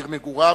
עיר מגוריו,